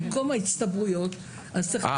במקום ההצטברויות יהיה לחלופין.